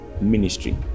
ministry